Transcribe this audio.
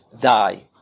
die